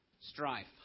strife